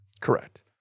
Correct